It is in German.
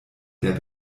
der